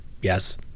Yes